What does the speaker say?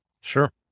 sure